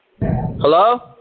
Hello